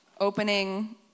opening